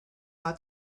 out